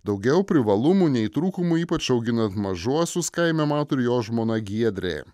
daugiau privalumų nei trūkumų ypač auginant mažuosius kaime mato ir jo žmona giedrė